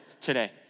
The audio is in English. today